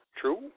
True